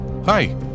Hi